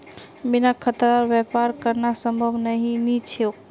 बिना खतरार व्यापार करना संभव नी छोक